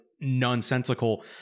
Nonsensical